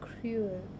cruel